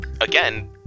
again